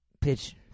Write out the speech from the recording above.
Pitch